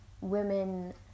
women